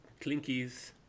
Clinkies